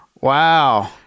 Wow